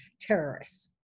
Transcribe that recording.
terrorists